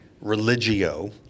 religio